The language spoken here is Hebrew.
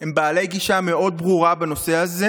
הם בעלי גישה מאוד ברורה בנושא הזה,